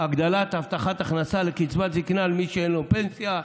הגדלת הבטחת הכנסה לקצבת זקנה למי שאין לו פנסיה,